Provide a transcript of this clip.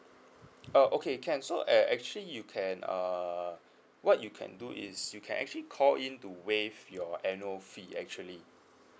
uh okay can so actually you can uh what you can do is you can actually call in to waive your annual fee actually